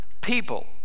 people